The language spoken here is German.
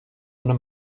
ohne